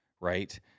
right